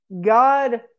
God